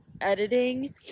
editing